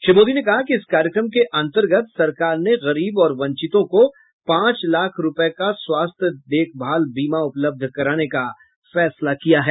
श्री मोदी ने कहा कि इस कार्यक्रम के अंतर्गत सरकार ने गरीब और वंचितों को पांच लाख रूपये का स्वास्थ्य देखभाल बीमा उपलब्ध कराने का फैसला किया है